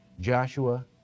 Joshua